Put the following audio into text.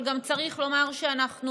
אבל גם צריך לומר שאנחנו,